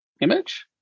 image